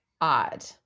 odd